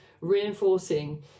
reinforcing